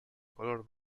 color